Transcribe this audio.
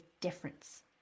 difference